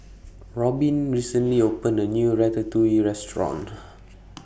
Robin recently opened A New Ratatouille Restaurant